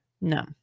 No